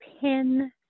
pin